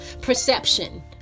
perception